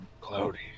cloudy